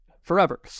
forever